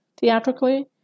theatrically